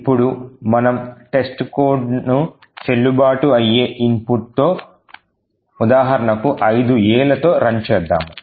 ఇప్పుడు మనము testcodeను చెల్లుబాటు అయ్యే inputతో ఉదాహరణకు 5A లతో రన్ చేద్దాము